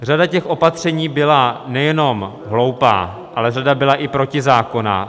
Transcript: Řada těch opatření byla nejenom hloupá, ale řada byla i protizákonná.